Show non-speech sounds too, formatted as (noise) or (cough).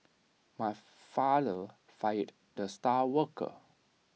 my (noise) father fired the star worker